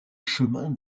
chemin